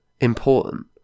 important